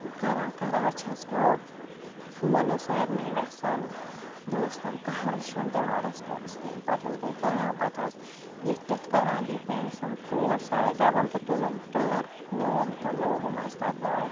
کَران کَران چھیٚس بہٕ فون حظ سارنٕے ویٚسَن دوستَن کانٛہہ حظ چھُنہٕ دِوان ریٚسپانٕس کِہیٖنۍ پَتہٕ حظ گٔے کٲم پَتہٕ حظ یِتھ تِتھ کَران دِتۍ مےٚ أمِس یِم ژور ساس ڈَبَل تہٕ تُلُم ٹٲر نِوُم تہٕ لوگُم حظ تَتھ گاڑِ